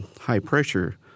high-pressure